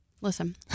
Listen